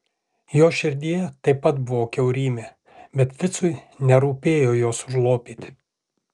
jos širdyje taip pat buvo kiaurymė bet ficui nerūpėjo jos užlopyti